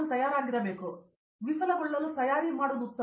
ಪ್ರತಾಪ್ ಹರಿದಾಸ್ ವಿಫಲಗೊಳ್ಳಲು ತಯಾರಿ ಉತ್ತಮ